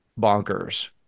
bonkers